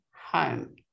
home